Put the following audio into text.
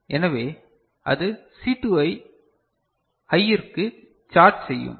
எனவே அது சி 2 ஐ ஹையிற்கு சார்ஜ் செய்யும்